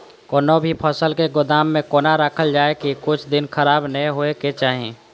कोनो भी फसल के गोदाम में कोना राखल जाय की कुछ दिन खराब ने होय के चाही?